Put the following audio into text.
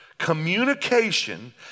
Communication